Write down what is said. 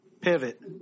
Pivot